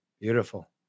Beautiful